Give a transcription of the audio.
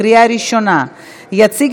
עברה בקריאה ראשונה ועוברת,